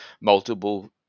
multiple